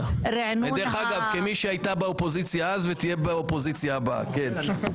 כמי שהייתה באופוזיציה אז ותהיה באופוזיציה גם עתה.